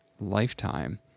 lifetime